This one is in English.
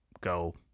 go